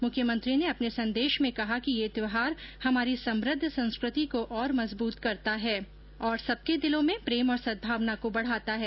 मुख्यमंत्री ने अपने संदेश में कहा कि ये त्यौहार हमारी समृद्ध संस्कृति को और मजबूत करता है और सबके दिलों में प्रेम और सद्भावना को बढ़ाता है